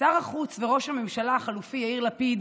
שר החוץ וראש הממשלה החליפי יאיר לפיד